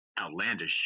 outlandish